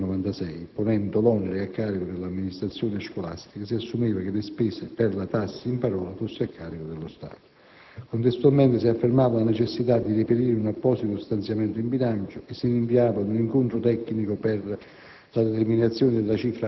cioè, della legge n. 23 del 1996), ponendo l'onere a carico dell'amministrazione scolastica - si assumeva che le spese per la tassa in parola fossero "a carico dello Stato". Contestualmente si affermava la necessità di reperire un apposito stanziamento in bilancio e si rinviava ad un incontro tecnico per